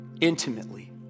intimately